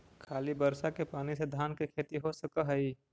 खाली बर्षा के पानी से धान के खेती हो सक हइ?